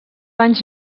anys